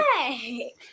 Hey